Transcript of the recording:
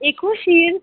एकू शीर